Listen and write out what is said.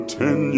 ten